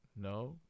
No